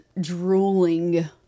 drooling